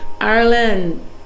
Ireland